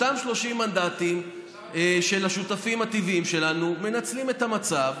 אותם 30 מנדטים של השותפים הטבעיים שלנו מנצלים את המצב,